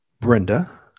Brenda